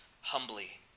humbly